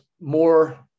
more